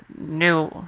new